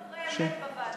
גם לא דוברי אמת בוועדות,